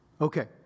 Okay